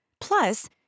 plus